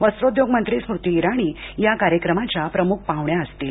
वस्त्रोद्योग मंत्री स्मृती इराणी या कार्यक्रमाच्या प्रमुख पाहुण्या असतील